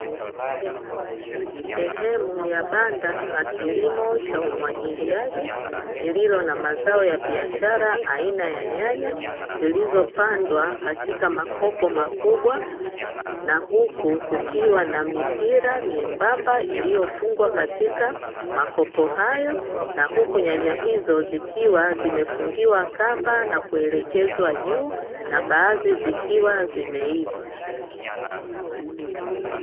Sehemu ya banda la kilimo cha umwagiliaji iliyo na mazao ya biashara aina ya nyanya zilizopandwa katika makopo makubwa na huku kukiwa na mipira myembamba iliyofungwa katika makopo hayo na huku nyanya hizo zikiwa zimefungiwa kamba na kuelekezwa juu na baadhi zikiwa zimeiva.